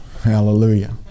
Hallelujah